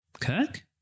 Kirk